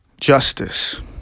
Justice